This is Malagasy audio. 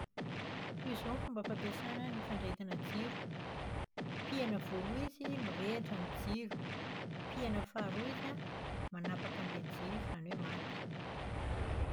Toy izao ny fomba fampiasana ny fandrehetana jiro. Pihana voalohany izy mirehitra ny jiro. Pihina faharoa izy an, manapaka an'ilay jiro izany hoe maty.